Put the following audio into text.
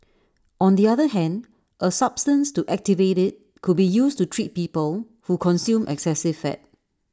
on the other hand A substance to activate IT could be used to treat people who consume excessive fat